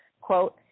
Quote